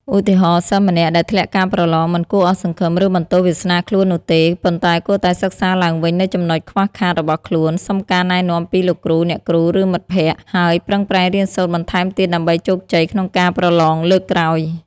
ឧទាហរណ៍ សិស្សម្នាក់ដែលធ្លាក់ការប្រឡង មិនគួរអស់សង្ឃឹម ឬបន្ទោសវាសនាខ្លួននោះទេ ប៉ុន្តែគួរតែសិក្សាឡើងវិញនូវចំណុចខ្វះខាតរបស់ខ្លួន សុំការណែនាំពីលោកគ្រូ អ្នកគ្រូ ឬមិត្តភក្តិ ហើយប្រឹងប្រែងរៀនសូត្របន្ថែមទៀតដើម្បីជោគជ័យក្នុងការប្រឡងលើកក្រោយ។